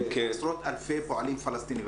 על עשרות אלפי פועלים פלסטינים,